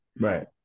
Right